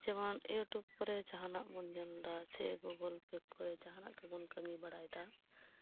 ᱡᱮᱢᱚᱱ ᱭᱩᱴᱭᱩᱵᱽ ᱠᱚᱨᱮ ᱡᱟᱦᱟ ᱱᱟᱜ ᱵᱚᱱ ᱧᱮᱞ ᱮᱫᱟ ᱥᱮ ᱜᱩᱜᱚᱞ ᱯᱷᱮᱠ ᱠᱚᱨᱮ ᱡᱟᱦᱟᱱᱟᱜ ᱜᱮᱵᱚᱱ ᱠᱟᱹᱢᱤ ᱵᱟᱲᱟᱭᱮᱫᱟ